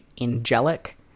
angelic